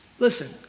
Listen